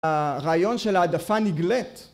הרעיון של העדפה נגלת